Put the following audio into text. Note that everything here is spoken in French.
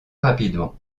rapidement